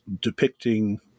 depicting